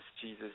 Jesus